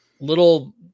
little